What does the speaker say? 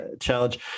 challenge